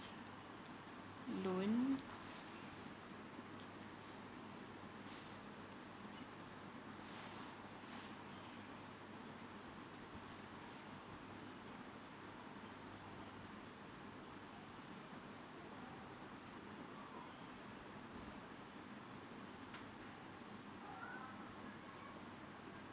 loans